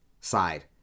side